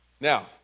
now